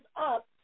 up